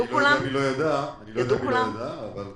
אני לא יודע מי לא ידע, אבל בסדר.